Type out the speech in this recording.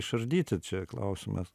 išardyti čia klausimas